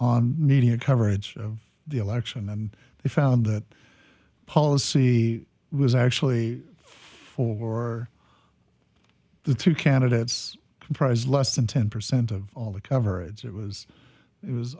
on media coverage of the election and they found that policy was actually for the two candidates comprise less than ten percent of all the coverage it was it was